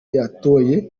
yatoye